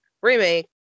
remake